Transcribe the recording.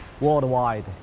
worldwide